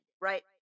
right